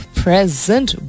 present